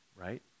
right